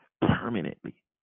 Permanently